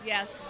Yes